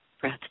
breath